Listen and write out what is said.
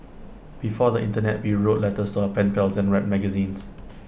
before the Internet we wrote letters to our pen pals and read magazines